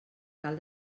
cal